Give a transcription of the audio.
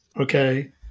Okay